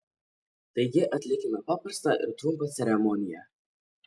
taigi atlikime paprastą ir trumpą ceremoniją